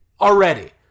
already